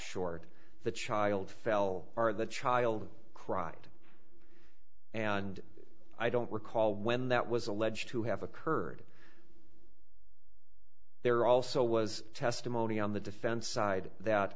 short the child fell or the child cried and i don't recall when that was alleged to have occurred there also was testimony on the defense side that